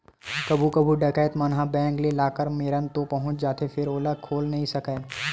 कभू कभू डकैत मन ह बेंक के लाकर मेरन तो पहुंच जाथे फेर ओला खोल नइ सकय